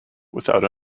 without